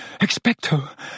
Expecto